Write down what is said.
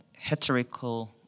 heterical